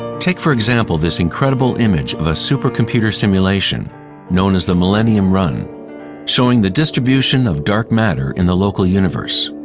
take for example, this incredible image of a supercomputer simulation known as the millennium run showing the distribution of dark matter in the local universe.